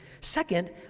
Second